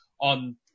on